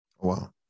wow